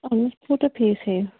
اَہَن حظ کوٗتاہ فیٖس ہٮ۪یو